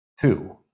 two